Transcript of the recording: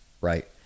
Right